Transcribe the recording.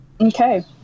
Okay